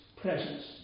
presence